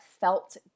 felt